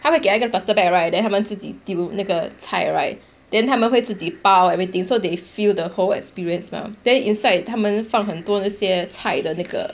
他会给他一个 plastic bag right then 他们自己丢那个菜 right then 他们会自己包 everything so they fill the whole experience mah then inside 他们放很多那些菜的那个